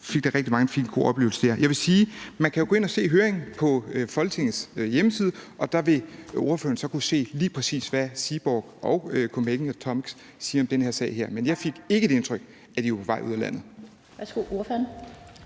for, og rigtig mange fik en god oplevelse der. Man kan jo gå ind og se høringen på Folketingets hjemmeside, og der vil ordføreren så kunne se lige præcis, hvad Seaborg og Copenhagen Atomics siger om den her sag. Men jeg fik ikke det indtryk, at de er på vej ud af landet.